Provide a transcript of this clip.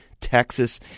texas